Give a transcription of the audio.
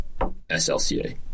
SLCA